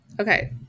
Okay